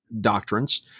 doctrines